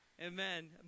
amen